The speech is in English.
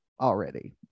already